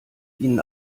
ihnen